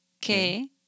que